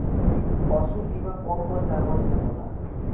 पशु बीमा कौन कौन जानवर के होला?